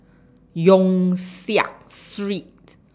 Yong Siak Street